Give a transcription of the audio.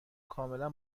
کاملا